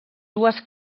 dues